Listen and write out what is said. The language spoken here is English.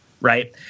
right